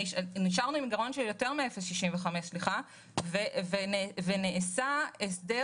נשארנו עם גירעון של יותר מ-0.65% ונעשה הסדר,